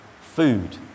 Food